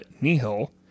Nihil